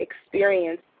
experience